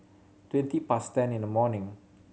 twenty past ten in the morning